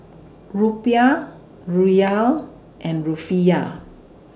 Rupiah Riel and Rufiyaa